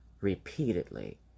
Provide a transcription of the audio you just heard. repeatedly